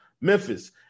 memphis